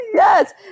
Yes